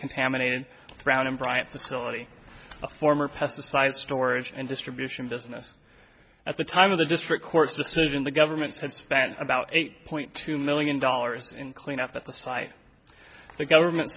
contaminated ground in bryant facility a former pesticide storage and distribution business at the time of the district court decision the government had spent about eight point two million dollars in cleanup at the site of the government